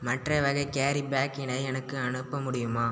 மற்ற வகை கேரிபேக்கினை எனக்கு அனுப்ப முடியுமா